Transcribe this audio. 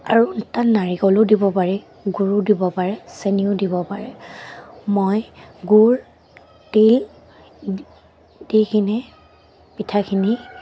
আৰু তাত নাৰিকলো দিব পাৰি গুৰো দিব পাৰে চেনিও দিব পাৰে মই গুৰ তিল দি কিনে পিঠাখিনি